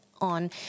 on